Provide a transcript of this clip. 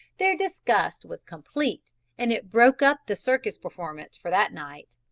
their disgust was complete and it broke up the circus performance for that night.